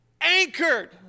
anchored